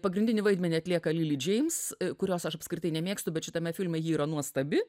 pagrindinį vaidmenį atlieka lili džeims kurios aš apskritai nemėgstu bet šitame filme yra nuostabi